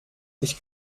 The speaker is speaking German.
ich